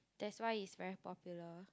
that's why it's very popular